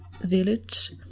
village